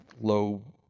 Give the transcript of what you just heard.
low